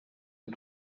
aux